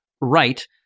right